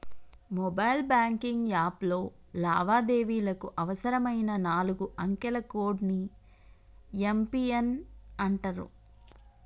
mobile banking యాప్లో లావాదేవీలకు అవసరమైన నాలుగు అంకెల కోడ్ ని యం.పి.ఎన్ అంటరు